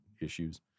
issues